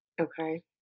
Okay